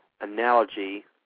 analogy